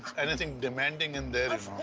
anything demanding in there,